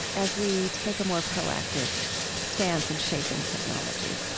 as we take a more proactive stance in shaping technology,